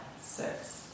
six